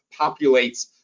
populates